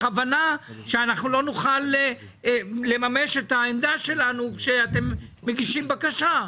בכוונה שאנחנו לא נוכל לממש את העמדה שלנו כשאתם מגישים בקשה.